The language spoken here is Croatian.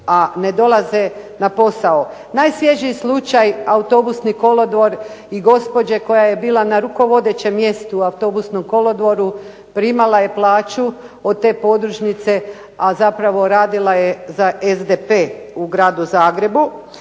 a ne dolaze na posao. Najsvježiji slučaj Autobusni kolodvor i gospođe koja je bila na rukovodećem mjestu u Autobusnom kolodvoru, primala je plaću od te podružnice, a zapravo radila je za SDP u Gradu Zagrebu.